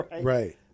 right